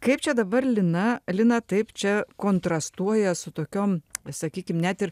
kaip čia dabar lina lina taip čia kontrastuoja su tokiom sakykim net ir